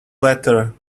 letter